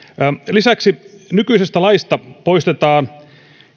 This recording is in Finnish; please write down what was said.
lisäksi nykyisestä laista poistetaan